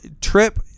Trip